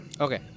Okay